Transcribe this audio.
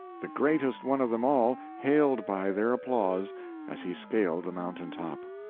the greatest one of them all hailed by their applause as he scaled the mountaintop.